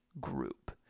group